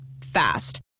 Fast